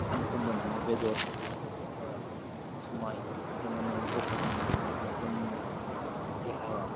सानफ्रोमबो नोङो बेदर बेदर बेदर एबा जुमाइ बेफोरजोंनो नोङो बुंफबनानै थायोब्ला जोंनि देहाया